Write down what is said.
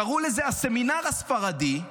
קראו לזה "הסמינר הספרדי",